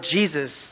Jesus